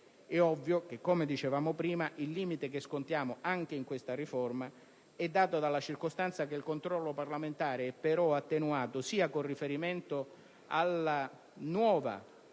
È ovvio che, come dicevamo prima, il limite che scontiamo anche in questa riforma è dato dalla circostanza che il controllo parlamentare è però attenuato sia con riferimento alla nuova riforma